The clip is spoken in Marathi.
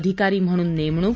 अधिकारी म्हणून नेमणूक